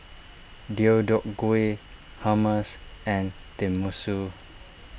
Deodeok Gui Hummus and Tenmusu